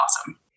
awesome